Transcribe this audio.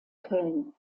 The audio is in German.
köln